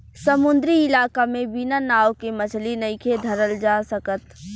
समुंद्री इलाका में बिना नाव के मछली नइखे धरल जा सकत